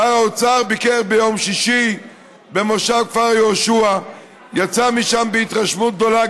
שר האוצר ביקר ביום שישי במושב כפר יהושע ויצא משם בהתרשמות גדולה,